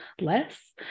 less